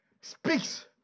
speaks